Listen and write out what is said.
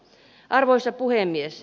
arvoisa puhemies